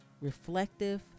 Reflective